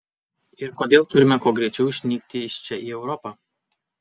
ir kodėl turime kuo greičiau išnykti iš čia į europą